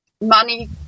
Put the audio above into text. money